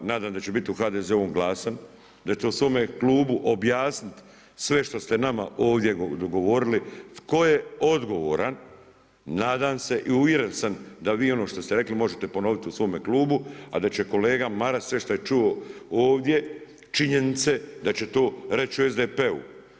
Nadam se da će biti u HDZ-u glasan, da će svome klubu objasnit sve što ste nama ovdje dogovorili tko je odgovoran, nadam se i uvjeren sam da vi ono što ste rekli možete ponoviti u svome klubu a da će kolega Maras reći što je čuo ovdje činjenice da će to reći u SDP-u.